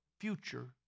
future